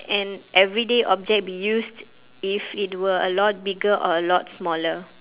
an everyday object be used if it were a lot bigger or a lot smaller